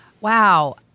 Wow